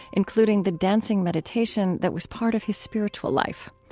including the dancing meditation that was part of his spiritual life.